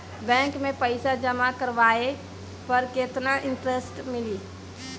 Bank में पईसा जमा करवाये पर केतना इन्टरेस्ट मिली?